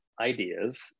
ideas